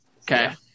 okay